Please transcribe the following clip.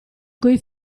coi